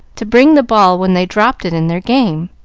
to bring the ball when they dropped it in their game.